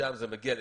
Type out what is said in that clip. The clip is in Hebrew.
משם זה מגיע לנתיב.